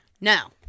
Now